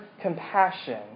compassion